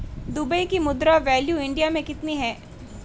Dubai की मुद्रा value India मे कितनी है?